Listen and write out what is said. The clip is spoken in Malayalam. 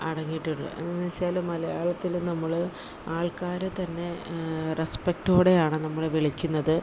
അടങ്ങിയിട്ടുണ്ട് എന്നു വച്ചാല് മലയാളത്തില് നമ്മള് ആൾക്കാരുതന്നെ റെസ്പെക്റ്റോടെയാണ് നമ്മളെ വിളിക്കുന്നത്